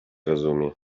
rozumie